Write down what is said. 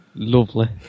Lovely